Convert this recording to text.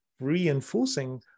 reinforcing